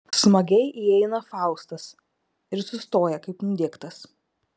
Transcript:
smagiai įeina faustas ir sustoja kaip nudiegtas